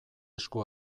esku